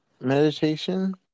meditation